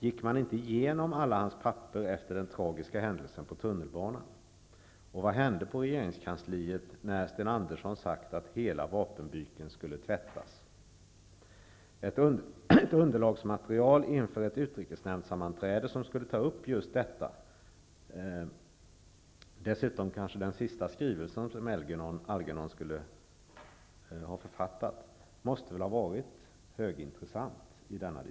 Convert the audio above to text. Gick man inte igenom alla hans papper efter den tragiska händelsen i tunnelbanan? Och vad hände i regeringskansliet sedan Sten Andersson sagt att hela vapenbyken skulle tvättas? Ett underlagsmaterial inför ett utrikesnämndssammanträde som skulle ta upp just detta -- dessutom kanske den sista skrivelse som Algernon författat -- måste väl ha varit högintressant.